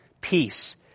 peace